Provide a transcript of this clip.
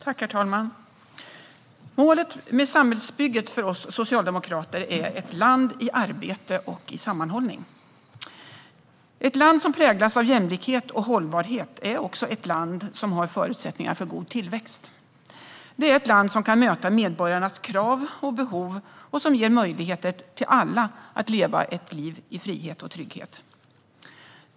Herr talman! Målet med samhällsbygget för oss socialdemokrater är ett land i arbete och i sammanhållning. Ett land som präglas av jämlikhet och hållbarhet är också ett land som har förutsättningar för god tillväxt. Det är ett land som kan möta medborgarnas krav och behov och som ger möjligheter för alla att leva ett liv i frihet och trygghet.